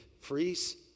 freeze